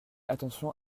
attention